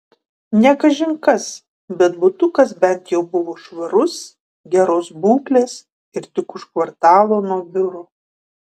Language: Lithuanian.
ne kažin kas bet butukas bent jau buvo švarus geros būklės ir tik už kvartalo nuo biuro